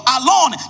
alone